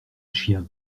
chien